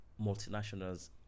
multinationals